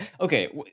okay